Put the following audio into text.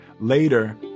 Later